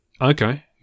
Okay